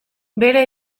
bere